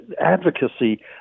advocacy